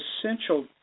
essential